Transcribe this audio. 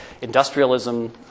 industrialism